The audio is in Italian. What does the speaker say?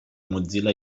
mozilla